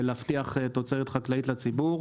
ולהבטיח תוצרת חקלאית לציבור,